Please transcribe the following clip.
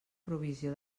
provisió